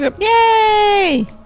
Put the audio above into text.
Yay